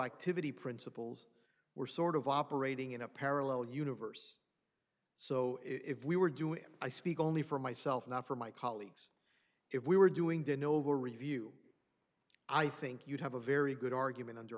retroactivity principles we're sort of operating in a parallel universe so if we were doing i speak only for myself not for my colleagues if we were doing dyno over review i think you'd have a very good argument under